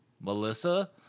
Melissa